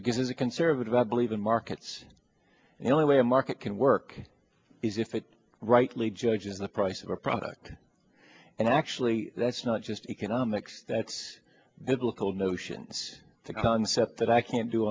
that gives a conservative i believe in markets and the only way the market can work is if it rightly judges the price of a product and actually that's not just economics that's it's local notion the concept that i can't do